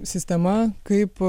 sistema kaip